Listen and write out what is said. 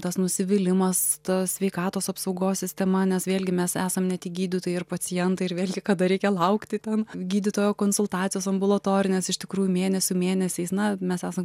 tas nusivylimas ta sveikatos apsaugos sistema nes vėlgi mes esam ne tik gydytojai ir pacientai ir vėlgi kada reikia laukti ten gydytojo konsultacijos ambulatorinės iš tikrųjų mėnesių mėnesiais na mes esam